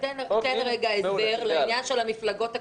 תסביר את עניין המפלגות הקטנות,